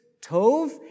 tov